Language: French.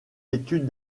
études